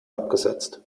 abgesetzt